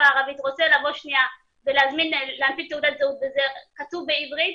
הערבית רוצה להנפיק תעודת זהות וזה כתוב בעברית,